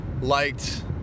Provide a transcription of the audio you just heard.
liked